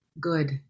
good